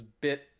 bit